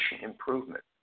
improvement